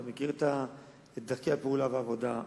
אתה מכיר את דרכי הפעולה והעבודה.